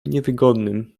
niewygodnym